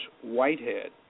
Whitehead